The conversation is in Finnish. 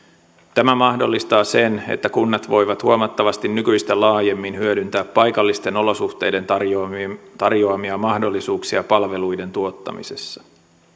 tämä mahdollistaa sen että kunnat voivat huomattavasti nykyistä laajemmin hyödyntää paikallisten olosuhteiden tarjoamia tarjoamia mahdollisuuksia palveluiden tuottamisessa